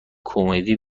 کمدی